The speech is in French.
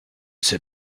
sais